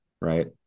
right